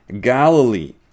Galilee